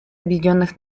объединенных